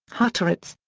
hutterites,